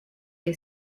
que